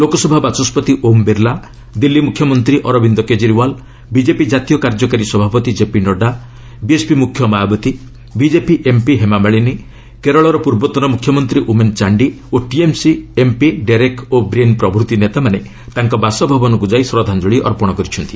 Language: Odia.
ଲୋକସଭା ବାଚସ୍କତି ଓମ୍ ବିର୍ଲା ଦିଲ୍ଲୀ ମୁଖ୍ୟମନ୍ତ୍ରୀ ଅରବିନ୍ଦ କେଜରିଓ୍ବାଲ ବିଜେପି କାତୀୟ କାର୍ଯ୍ୟକାରୀ ସଭାପତି କେପି ନଡ୍ଡା ବିଏସ୍ପି ମୁଖ୍ୟ ମାୟାବତୀ ବିଜେପି ଏମ୍ପି ହେମାମାଳିନୀ କେରଳର ପୂର୍ବତନ ମୁଖ୍ୟମନ୍ତ୍ରୀ ଉମେନ୍ ଚାଣ୍ଡି ଓ TMC MP Derek O'Brien ପ୍ରଭୃତି ନେତାମାନେ ତାଙ୍କ ବାସଭବନକୁ ଯାଇ ଶ୍ରଦ୍ଧାଞ୍ଜଳି ଅର୍ପଣ କରିଛନ୍ତି